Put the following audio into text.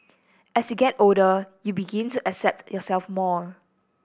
as you get older you begin to accept yourself more